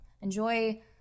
Enjoy